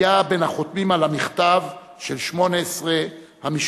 היה בין החותמים על המכתב של 18 המשפחות.